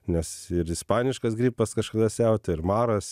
nes ir ispaniškas gripas kažkada siautėjo ir maras